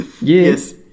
Yes